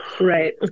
Right